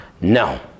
no